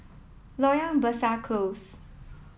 Loyang Besar Close